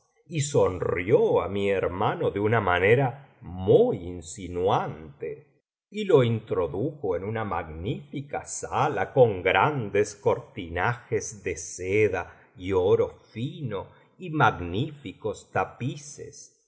y sonrió á mi hermano de una manera muy insinuante y le introdujo en una magnífica sala con grandes cortinajes de seda y oro fino y magníficos tapices